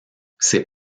ses